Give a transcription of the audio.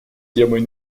темой